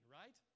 right